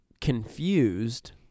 confused